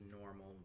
normal